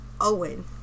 owen